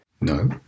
no